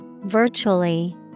Virtually